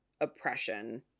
oppression